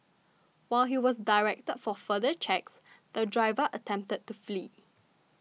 while he was directed for further checks the driver attempted to flee